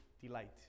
delight